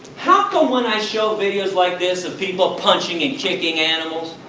how come when i show videos like this, of people punching and kicking animals,